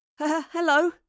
Hello